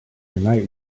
tonight